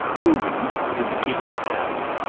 whom did the teacher ask?